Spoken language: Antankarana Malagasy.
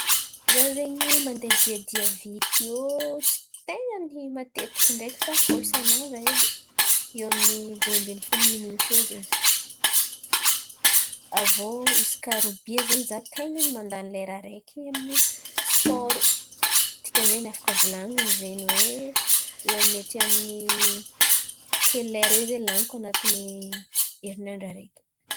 Za zen̈y mandeha diadia vity io tsy ten̈a ny matetiky ndreky fa koa isan'andra edy iô amin'ny dimy ambiny folo minitry iô zen̈y. Aviô isaka robia zen̈y za ten̈a ny mandany lera araiky amin'ny sipôro. Dikany zen̈y afaka volan̈iny zen̈y oe iô mety amin'ny telo lera iô zen̈y laniko anatiny herin'andra araiky.